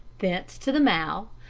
thence to the mow,